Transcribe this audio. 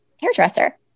hairdresser